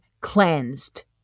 cleansed